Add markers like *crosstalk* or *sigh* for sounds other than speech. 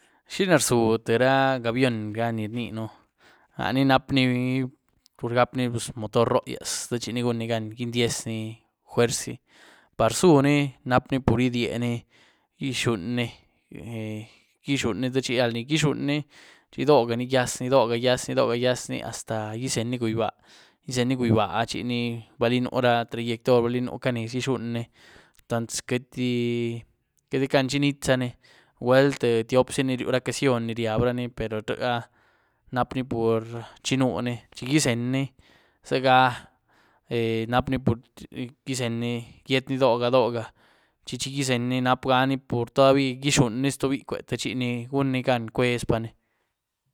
¿Xiná rzuu tïé ra g´avión gá ni rniën? Laní napní pur gap´ní pus motor rógíaz te chiní gun´ni gan indiezní juerz gí. Par zuní nap´ni pur idiení izhunyní *hesitation* gízhunyní te chi al izhunyní te chi doga ni gyiazní, doga gyiazní. doga gyiazní, hasta gizenyní guybaa. izenyní guybaa áh chi ni bali ni un ra trayectory, bili un canez gí izhunyní, entoncs queity-queity gac´gan chiniet´zan ni. Nugwuel tïé, tyopzani ryuu za casiony ni ryiabraní pero ryiéáh nap´ni pur chiën, chi gyiezyën zegaa *hesitation* nap´ni que gyiezyën gyiet´ni doga-doga, chí chi gyiezyën nap´ni por todabieh izhunyën ztï bicwue te chiní gun ni gan cuezpaní.